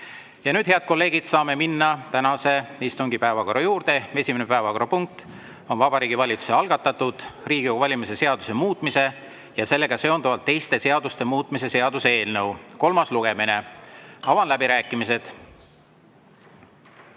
Ja nüüd, head kolleegid, saame minna tänase istungi päevakorra juurde. Esimene päevakorrapunkt on Vabariigi Valitsuse algatatud Riigikogu valimise seaduse muutmise ja sellega seonduvalt teiste seaduste muutmise seaduse eelnõu kolmas lugemine. Avan läbirääkimised.